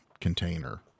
container